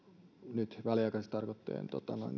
nyt väliaikaisiksi tarkoitettujen